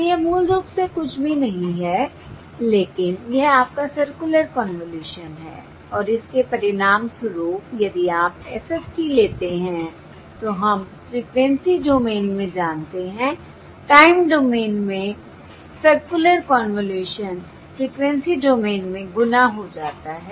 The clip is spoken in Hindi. तो यह मूल रूप से कुछ भी नहीं है लेकिन यह आपका सर्कुलर कन्वॉल्यूशन है और इसके परिणामस्वरूप यदि आप FFT लेते हैं तो हम फ्रिक्वेंसी डोमेन में जानते हैं टाइम डोमेन में सर्कुलर कन्वॉल्यूशन फ्रिक्वेंसी डोमेन में गुणा हो जाता है